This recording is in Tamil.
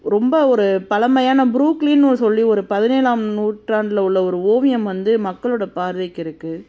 ரொம்ப ஒரு பழமையான ப்ரூக்லின்னு சொல்லி ஒரு பதினேழாம் நூற்றாண்டில் உள்ள ஒரு ஓவியம் வந்து மக்களோடய பார்வைக்கு இருக்குது